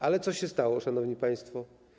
Ale co się stało, szanowni państwo?